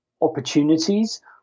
opportunities